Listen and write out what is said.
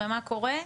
ומה קורה?